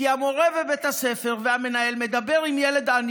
כי המורה בבית הספר והמנהל מדברים עם ילד עני